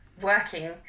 working